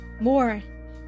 more